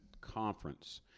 conference